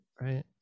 right